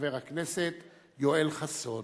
חבר הכנסת יואל חסון.